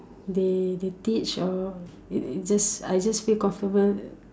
they they teach or it it just I just feel comfortable